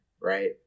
Right